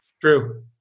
True